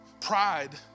Pride